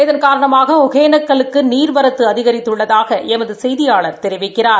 இதன் காரணமாக ஒகேனக்கலுக்கு நீர்வரத்து அதிகித்துள்ளதாக எமது செய்தியாளர் தெரிவிக்கிறார்